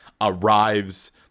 arrives